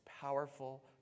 powerful